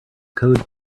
code